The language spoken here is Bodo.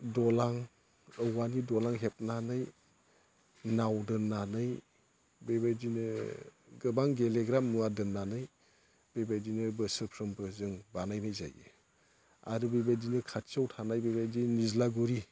दालां औवानि दालां हेबनानै नाव दोननानै बेबायदिनो गोबां गेलेग्रा मुवा दोननानै बेबायदिनो बोसोरफ्रामबो जों बानायनाय जायो आरो बेबायदिनो खाथियाव थानाय बेबायदि निज्लागुरि